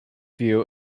view